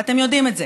ואתם יודעים את זה.